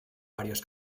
varios